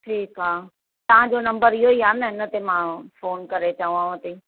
ठीकु आहे तव्हांजो नम्बर इहो ई आहे न हिन ते मां फ़ोन करे चयांव थी